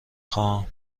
خواهم